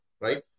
right